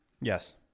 Yes